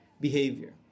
behavior